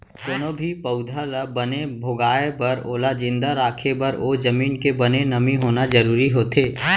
कोनो भी पउधा ल बने भोगाय बर ओला जिंदा राखे बर ओ जमीन के बने नमी होना जरूरी होथे